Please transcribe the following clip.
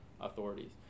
authorities